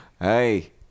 Hey